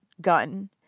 gun